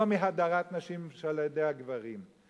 ולא מהדָרת נשים על-ידי הגברים.